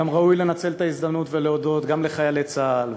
גם ראוי לנצל את ההזדמנות ולהודות גם לחיילי צה"ל,